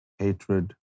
Hatred